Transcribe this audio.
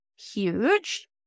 huge